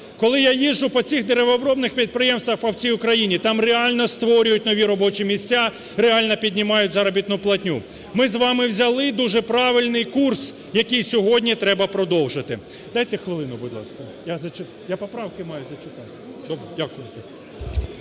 Коли я їжджу по цих деревообробних підприємствах по всій Україні, там реально створюють нові робочі місця, реально піднімають заробітну платню. Ми з вами взяли дуже правильний курс, який сьогодні треба продовжити. Дайте хвилину, будь ласка. Я поправки маю зачитати. Дякую.